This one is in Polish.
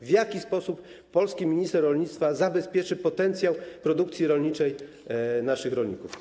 W jaki sposób polski minister rolnictwa zabezpieczy potencjał produkcji rolniczej naszych rolników?